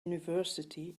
university